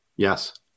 Yes